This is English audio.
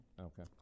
Okay